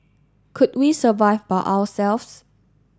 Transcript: could we survive by ourselves